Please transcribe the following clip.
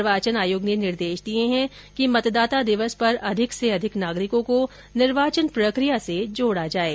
निर्वाचन आयोग ने निर्देश दिये है कि मतदाता दिवस पर अधिक से अधिक नागरिकों को निर्वाचन प्रक्रिया से जोडा जाये